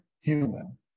human